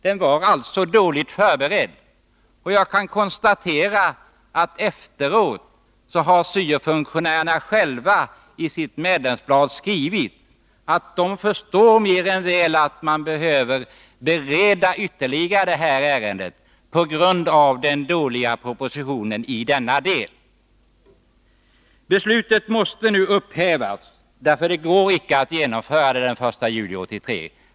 Det var alltså dåligt förberett, och jag kan nämna att efteråt har syo-funktionärerna själva i sitt medlemsblad skrivit att de förstår mer än väl att ärendet behöver beredas ytterligare, på grund av den dåliga propositionen i denna del. Beslutet måste nu upphävas, eftersom det inte går att genomföra den 1 juli 1983.